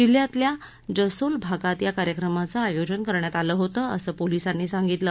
जिल्ह्यातल्या जसोल भागात या कार्यक्रमाचं आयोजन करण्यात आलं होतं असं पोलिसांनी सांगितलं